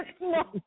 no